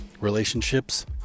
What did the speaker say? relationships